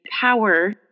power